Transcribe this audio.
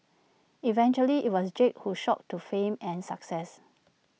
eventually IT was Jake who shot to fame and success